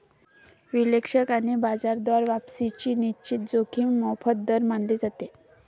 विश्लेषक आणि बाजार द्वारा वापसीची निश्चित जोखीम मोफत दर मानले जाते